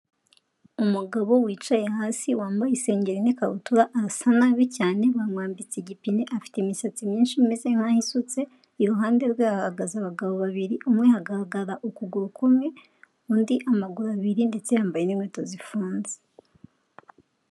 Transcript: Umugabo wicaye hasi wambaye isengeri n'ikabutura arasa nabi cyane bamwambitse igipine afite imisatsi myinshi imeze nkaho isutse, iruhande rwe hahagaze abagabo babiri umwe hagaragara ukuguru kumwe, undi amaguru abiri ndetse yambaye inkweto zifunze.